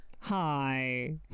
Hi